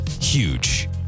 huge